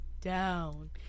down